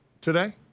today